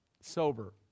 sober